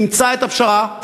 תמצא את הפשרה,